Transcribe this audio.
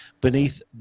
beneath